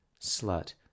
Slut